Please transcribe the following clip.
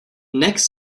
next